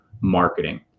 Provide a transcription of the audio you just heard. marketing